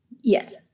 Yes